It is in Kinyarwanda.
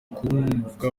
kumvwa